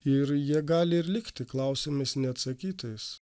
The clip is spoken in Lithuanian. ir jie gali ir likti klausimais neatsakytais